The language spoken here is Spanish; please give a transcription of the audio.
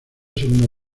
segunda